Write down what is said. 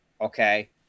Okay